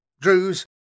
Drews